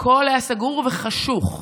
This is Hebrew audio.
הכול היה סגור וחשוך,